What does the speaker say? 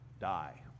die